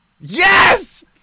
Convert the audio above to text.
Yes